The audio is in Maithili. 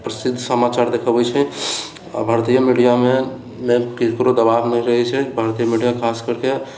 प्रसिद्ध समाचार देखबैत छै आ भारतीय मीडिआमे केकरो दबाब नहि रहैत छै भारतीय मीडिआ खास करिके